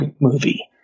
movie